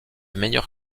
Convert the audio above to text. meilleure